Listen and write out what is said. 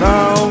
Now